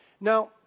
Now